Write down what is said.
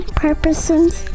purposes